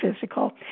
physical